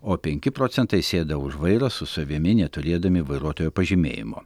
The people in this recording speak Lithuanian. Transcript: o penki procentai sėda už vairo su savimi neturėdami vairuotojo pažymėjimo